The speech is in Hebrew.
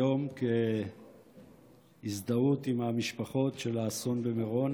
היום, כהזדהות עם המשפחות של האסון במירון,